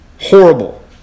Horrible